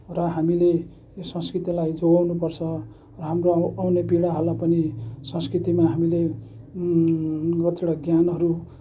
र हामीले यो संस्कृतिलाई जोगाउनु पर्छ र हाम्रो आउने पिँढीहरूलाई पनि संस्कृतिमा हामीले कतिवटा ज्ञानहरू